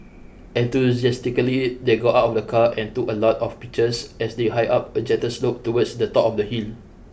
enthusiastically they got out of the car and took a lot of pictures as they hiked up a gentle slope towards the top of the hill